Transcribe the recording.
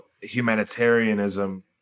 humanitarianism